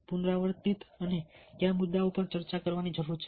પુનરાવર્તિત અને કયા મુદ્દાઓ પર ચર્ચા કરવાની જરૂર છે